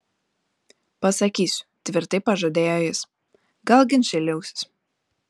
pasakysiu tvirtai pažadėjo jis gal ginčai liausis